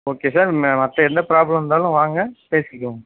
okay sir ம மற்ற எந்த ப்ராப்ளம் இருந்தாலும் வாங்க பேசிக்குவோம்